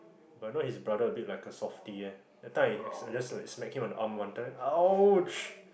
but you know his brother a bit like a softie that time I accidentally I smack him on the arm one time then !ouch!